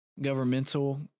governmental